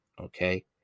okay